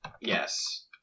Yes